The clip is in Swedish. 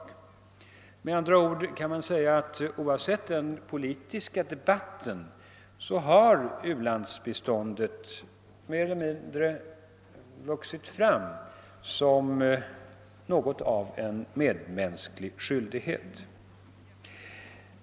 Man kan med andra ord säga att u-landsbiståndet oavsett den politiska debatten har vuxit fram som något av en medmänsklig skyldighet.